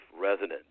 resident